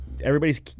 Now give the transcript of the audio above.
everybody's